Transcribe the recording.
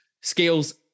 Scales